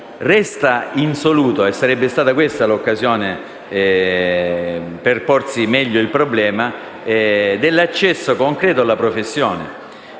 Resta insoluto, e sarebbe stata questa l'occasione per porsi meglio il problema, dell'accesso concreto alla professione;